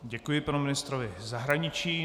Děkuji panu ministrovi zahraničí.